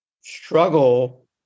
struggle